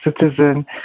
Citizen